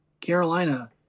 Carolina